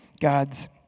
God's